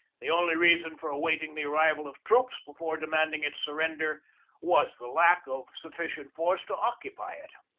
the only reason for awaiting the arrival of troops before de manding its surrender was the lack of sufficient force to occupy it.